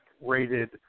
rated